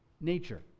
nature